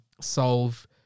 solve